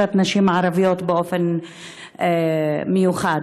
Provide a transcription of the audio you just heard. לתעסוקת נשים ערביות באופן מיוחד.